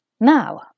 Now